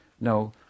No